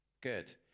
Good